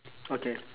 okay